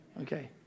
Okay